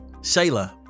sailor